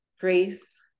Grace